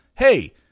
hey